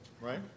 Right